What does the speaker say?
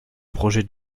projets